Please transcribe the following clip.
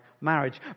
marriage